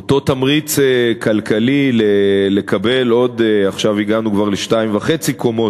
אותו תמריץ כלכלי לקבל עוד קומות, ועכשיו כבר ניתן